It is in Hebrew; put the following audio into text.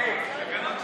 (תיקון מס'